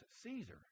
Caesar